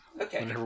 okay